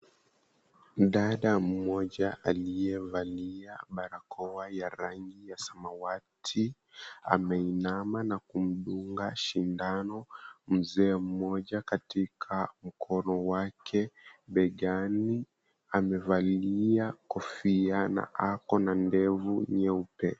Dada mmoja aliyevalia barakoa ya rangi ya samawati, ameinama na kumdunga shindano mzee mmoja katika mkono wake begani. Amevalia kofia na ako na ndevu nyeupe.